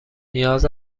نیاز